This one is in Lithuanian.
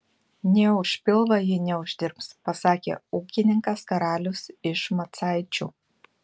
nė už pilvą ji neuždirbs pasakė ūkininkas karalius iš macaičių